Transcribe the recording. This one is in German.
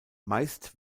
meist